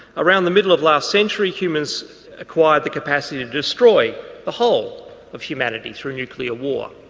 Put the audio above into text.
around the middle of last century humans acquired the capacity to destroy the whole of humanity through nuclear war.